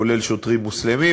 כולל שוטרים מוסלמים,